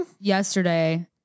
yesterday